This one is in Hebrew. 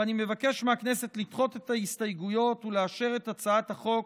ואני מבקש מהכנסת לדחות את ההסתייגויות ולאשר את הצעת החוק